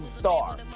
Star